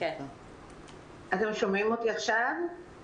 את מועצת נשים לביטחון אזרחי.